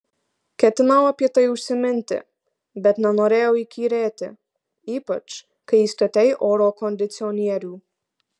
ketinau apie tai užsiminti bet nenorėjau įkyrėti ypač kai įstatei oro kondicionierių